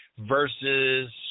versus